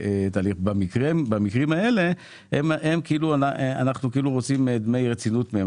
במקרים האלה אנחנו כאילו רוצים דמי רצינות מהם,